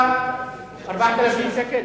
4,000 ש"ח?